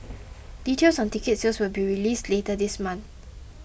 details on ticket sales will be released later this month